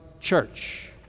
church